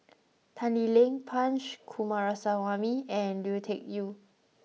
Tan Lee Leng Punch Coomaraswamy and Lui Tuck Yew